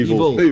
Evil